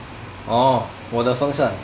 orh 我的风扇